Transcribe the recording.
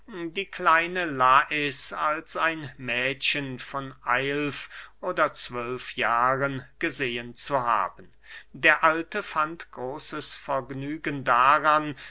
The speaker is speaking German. die kleine lais als ein mädchen von elf oder zwölf jahren gesehen zu haben der alte fand großes vergnügen daran